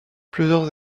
plusieurs